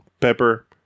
pepper